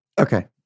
Okay